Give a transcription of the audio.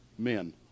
men